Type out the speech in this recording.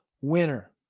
winner